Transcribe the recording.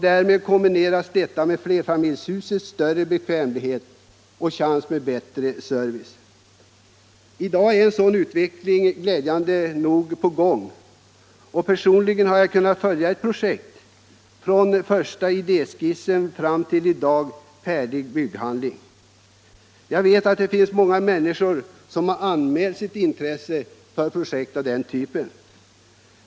Därmed kombineras detta med flerfamiljshusets större bekvämlighet och chans till bättre service. I dag är en sådan utveckling glädjande nog på gång — personligen har jag kunnat följa ett projekt från första idéskissen fram till i dag färdiga bygghandlingar. Jag vet att det finns många människor som anmält sitt intresse för projekt av den typen.